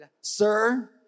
sir